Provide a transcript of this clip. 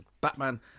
batman